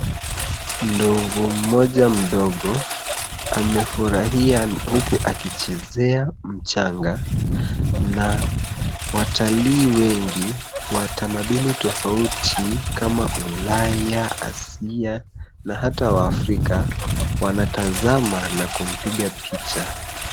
Ndovu mmoja mdogo amefurahia huku akichezea mchanga na watalii wengi wa tamaduni tofauti tofauti kama ulaya, Asia na hata afrika wanatazama na kumpiga picha.